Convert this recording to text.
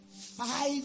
Five